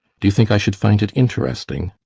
do you think i should find it interesting?